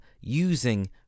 using